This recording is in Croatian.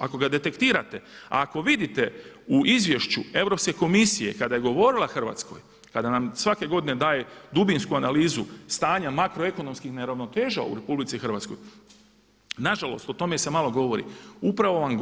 Ako ga detektirate, a ako vidite u izvješću Europske komisije, kada je govorila Hrvatskoj, kada nam svake godine daje dubinsku analizu stanja makroekonomskih neravnoteža u RH, nažalost o tome se malo govori, upravo vam